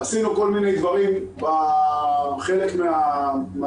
עשינו כל מיני דברים כחלק מהלמידה.